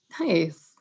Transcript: Nice